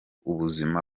ubuzima